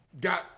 Got